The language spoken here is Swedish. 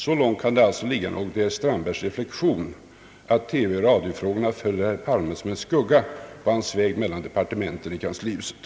Så långt kan det alltså ligga något i herr Strandbergs reflexion att TV och radiofrågorna följer herr Palme som en skugga på hans väg mellan departementen i kanslihuset.